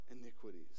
iniquities